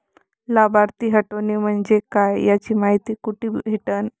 लाभार्थी हटोने म्हंजे काय याची मायती कुठी भेटन?